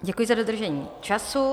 Děkuji za dodržení času.